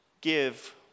Give